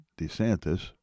DeSantis